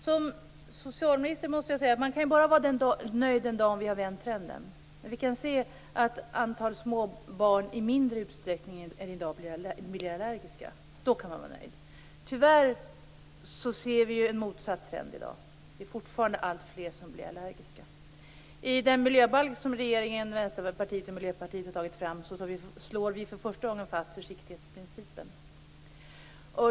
Fru talman! Som socialminister kan man bara vara nöjd den dag vi har vänt trenden, när vi kan se att små barn i mindre utsträckning än i dag blir miljöallergiska. Då kan man vara nöjd. Tyvärr ser vi en motsatt trend i dag. Fortfarande blir alltfler allergiska. I den miljöbalk som regeringen, Vänsterpartiet och Miljöpartiet har tagit fram slår vi för första gången fast försiktighetsprincipen.